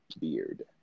Beard